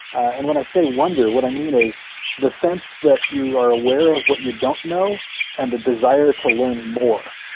and when i say wonder, what i mean is the sense that you are aware of what you don't know and a desire to learn more.